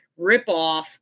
ripoff